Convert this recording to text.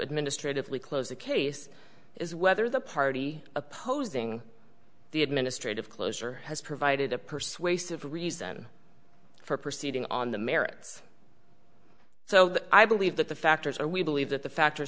administratively close the case is whether the party opposing the administrative closure has provided a persuasive reason for proceeding on the merits so i believe that the factors are we believe that the factor